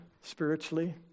spiritually